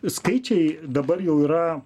skaičiai dabar jau yra